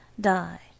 die